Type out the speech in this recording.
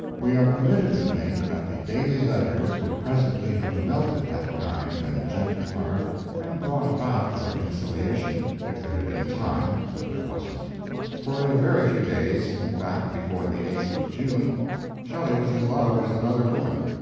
we are permitted to think that the daily letters would presently have melted that kind and gentle heart and brought about the reconciliation, if there had been time but there wasn't for in a very few days in fact, before the eighth of june shelley was in love with another woman.